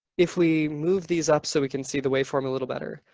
if we move these up so we can see the waveform a little better,